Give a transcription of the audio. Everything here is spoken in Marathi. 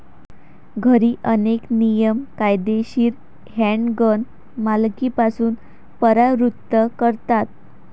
घरी, अनेक नियम कायदेशीर हँडगन मालकीपासून परावृत्त करतात